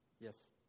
Yes